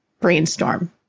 brainstorm